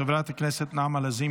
חברת הכנסת אימאן ח'טיב יאסין,